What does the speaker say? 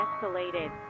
escalated